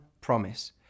promise